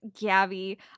Gabby